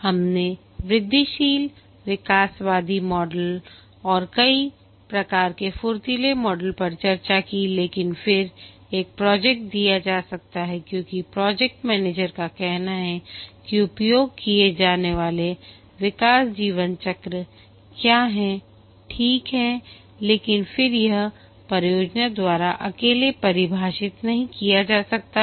हमने वृद्धिशील विकासवादी मॉडल और कई प्रकार के फुर्तीले मॉडल पर चर्चा की लेकिन फिर एक प्रोजेक्ट दिया जा सकता है क्योंकि प्रोजेक्ट मैनेजर का कहना है कि उपयोग किए जाने वाले विकास जीवनचक्र क्या है ठीक है लेकिन फिर यह परियोजना द्वारा अकेले परिभाषित नहीं किया गया है